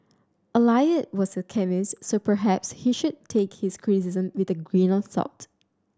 Eliot was a chemist so perhaps he should take his criticism with a grain of salt